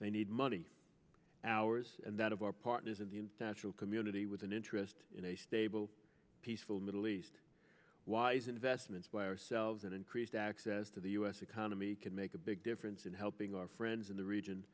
they need money ours and that of our partners in the international community with an interest in a stable peaceful middle east wise investments by ourselves and increased access to the us economy can make a big difference in helping our friends in the region